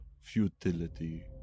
futility